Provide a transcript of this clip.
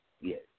Yes